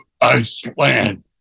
Iceland